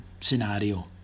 scenario